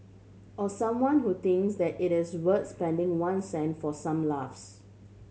or someone who thinks that it is worth spending one cent for some laughs